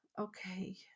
okay